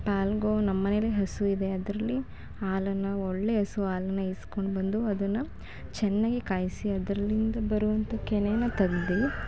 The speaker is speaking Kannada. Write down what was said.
ಪಾಲ್ಗೊವ ನಮ್ಮ ಮನೆಯಲ್ಲಿ ಹಸು ಇದೆ ಅದರಲ್ಲಿ ಹಾಲನ್ನ ಒಳ್ಳೆಯ ಹಸು ಹಾಲನ್ನ ಇಸ್ಕೊಂಡ್ಬಂದು ಅದನ್ನು ಚೆನ್ನಾಗಿ ಕಾಯಿಸಿ ಅದರಲ್ಲಿಂದ ಬರುವಂಥ ಕೆನೆಯ ತೆಗ್ದು